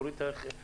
להוריד את החיסיון.